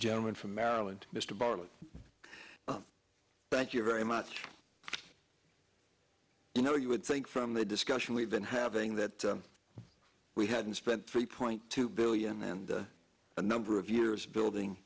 gentleman from maryland mr bartlett thank you very much you know you would think from the discussion we've been having that we hadn't spent three point two billion and a number of years building